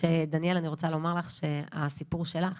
רוצה לומר לך שהסיפור שלך